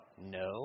no